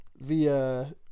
via